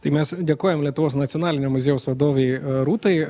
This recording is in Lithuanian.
tai mes dėkojam lietuvos nacionalinio muziejaus vadovei rūtai